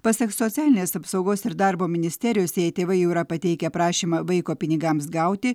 pasak socialinės apsaugos ir darbo ministerijos jei tėvai jau yra pateikę prašymą vaiko pinigams gauti